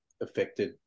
affected